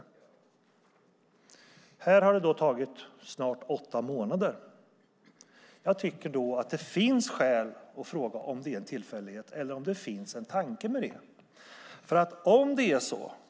När det gäller Kalmar har det gått snart åtta månader. Jag tycker att det finns skäl att fråga om det är en tillfällighet eller om det finns en tanke med detta.